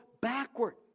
backward